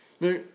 Now